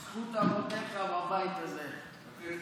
זכות אבותיך בבית הזה.